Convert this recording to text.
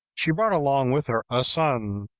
she brought along with her a son,